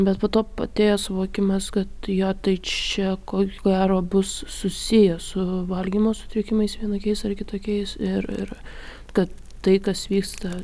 bet po to p atėjo suvokimas kad jo tai čia ko gero bus susiję su valgymo sutrikimais vienokiais ar kitokiais ir ir kad tai kas vyksta